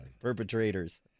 perpetrators